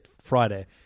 Friday